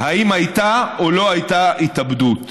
אם הייתה או לא הייתה התאבדות.